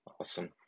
Awesome